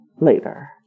later